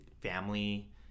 family